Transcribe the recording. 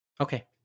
Okay